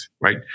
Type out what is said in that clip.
right